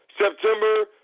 September